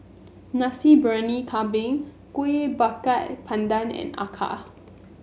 Nasi Briyani Kambing Kueh Bakar Pandan and Acar